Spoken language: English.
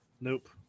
Nope